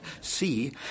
see